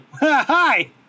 Hi